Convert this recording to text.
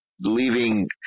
leaving